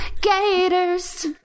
gators